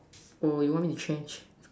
or you want me to change